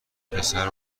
پسر